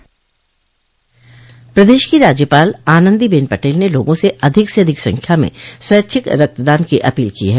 प्रदेश की राज्यपाल आनन्दीबेन पटेल ने लोगों से अधिक से अधिक संख्या में स्वैच्छिक रक्तदान की अपील की है